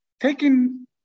taking